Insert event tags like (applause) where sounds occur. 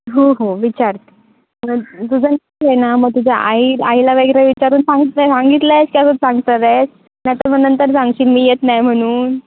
हो हो विचारते (unintelligible) ना मग तुझ्या आई आईला वगैरे विचारून सांगितलं सांगितलं आहेस की असंच सांगतस आहेस नाही तर मग नंतर सांगशील मी येत नाही म्हणून